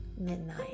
Midnight